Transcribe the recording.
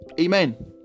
Amen